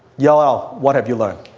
yao ao, what have your learned?